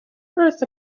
earth